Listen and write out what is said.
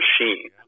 machine